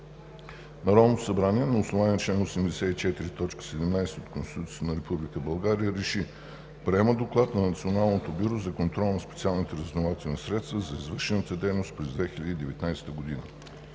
Народното събрание на основание на чл. 84, т. 17 от Конституцията на Република България РЕШИ: Приема Доклад на Националното бюро за контрол на специалните разузнавателни средства за извършената дейност през 2019 г.“